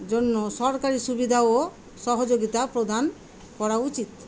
জন্য সরকারি সুবিধা ও সহযোগিতা প্রদান করা উচিত